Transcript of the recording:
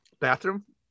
Bathroom